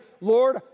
Lord